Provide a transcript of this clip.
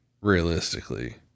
Realistically